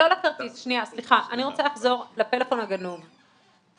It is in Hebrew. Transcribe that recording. אני רוצה לחזור לפלאפון הגנוב.